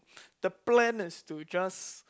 the plan is to just